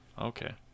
okay